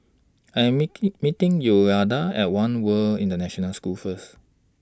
I'm meeting Yolonda At one World International School First